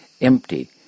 empty